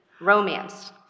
romance